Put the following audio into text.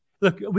Look